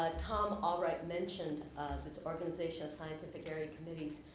ah tom albright mentioned this organization of scientific area committees.